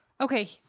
Okay